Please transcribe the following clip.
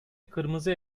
kırmızı